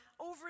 over